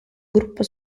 gruppo